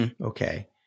Okay